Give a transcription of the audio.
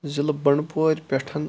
ضِلعہٕ بنٛڈپورِ پٮ۪ٹھ